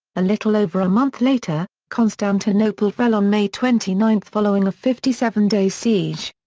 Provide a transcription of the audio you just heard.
a little over a month later, constantinople fell on may twenty nine following a fifty-seven day siege.